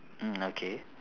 mm okay